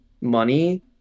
money